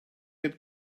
had